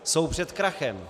Jsou před krachem.